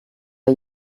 der